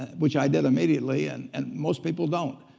which i did immediately, and and most people don't.